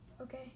okay